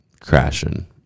crashing